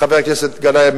חבר הכנסת גנאים,